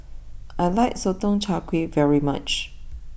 I like Sotong Char Kway very much